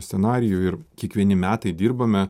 scenarijų ir kiekvieni metai dirbame